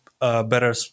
better